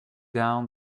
down